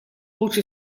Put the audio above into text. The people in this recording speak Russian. лучше